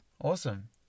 Awesome